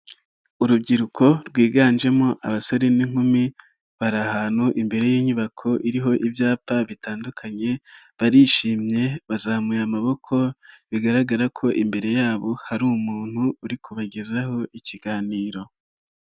Urubyiruko rwiganjemo abasore n'inkumi bari ahantu imbere y'inyubako iriho ibyapa bitandukanye, barishimye bazamuye amaboko, bigaragara ko imbere yabo hari umuntu uri kubagezaho ikiganiro.